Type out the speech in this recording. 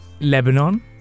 Lebanon